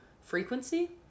frequency